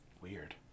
Weird